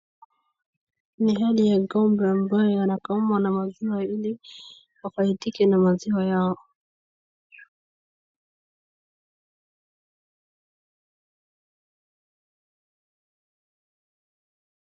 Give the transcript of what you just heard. Ni hali ya ng'ombe ambaye anakamwa na maziwa ili, wafaidike na maziwa yao.